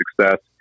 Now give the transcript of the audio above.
success